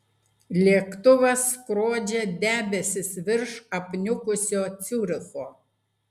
lėktuvas skrodžia debesis virš apniukusio ciuricho